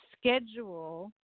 schedule